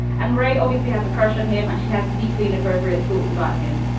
and rae obviously has a crush on him. she has deeply inappropriate thoughts about him.